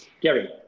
Gary